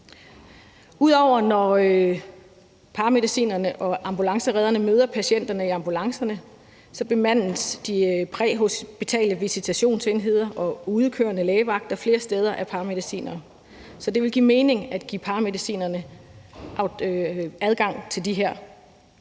Når paramedicinerne og ambulanceredderne ikke er ude og møde patienterne i ambulancerne, bemandes de præhospitale visitationsenheder og udkørende lægevagter flere steder af paramedicinere, så det ville give mening at give paramedicinerne adgang til de her